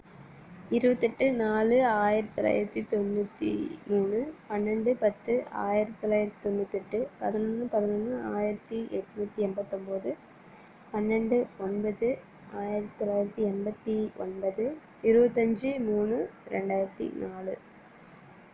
இருபத்தி எட்டு நாலு ஆயிரத்தி தொள்ளாயிரத்தி தொண்ணூற்றி மூணு பன்னெண்டு பத்து ஆயிரத்தி தொள்ளாயிரத்தி தொண்ணூற்றெட்டு பதிமூணு பதினொன்று ஆயிரத்தி எண்ணூத்தி எண்பத்தொம்பது பன்னெண்டு ஒன்பது ஆயிரத்தி தொள்ளாயிரத்தி எண்பத்தி ஒன்பது இருபத்தஞ்சு மூணு ரெண்டாயிரத்தி நாலு